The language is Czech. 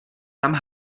tam